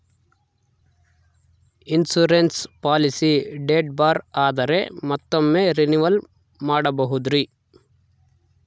Insurance policy date ಬಾರ್ ಆದರೆ ಮತ್ತೊಮ್ಮೆ ರಿನಿವಲ್ ಮಾಡಬಹುದ್ರಿ?